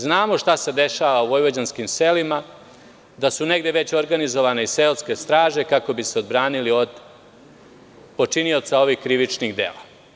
Znamo šta se dešava u vojvođanskim selima, da su negde već organizovane seoske straže, kako bi se odbranili od počinioca ovih krivičnih dela.